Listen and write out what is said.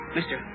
Mister